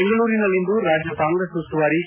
ಬೆಂಗಳೂರಿನಲ್ಲಿಂದು ರಾಜ್ಯ ಕಾಂಗ್ರೆಸ್ ಉಸ್ತುವಾರಿ ಕೆ